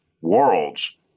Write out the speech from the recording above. worlds